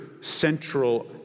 central